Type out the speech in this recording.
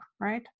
right